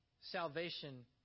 salvation